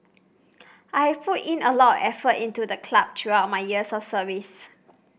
I have put in a lot effort into the club throughout my years of service